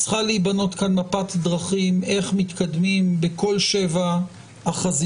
צריכה להיבנות כאן מפת דרכים איך מתקדמים בכל 7 החזיתות.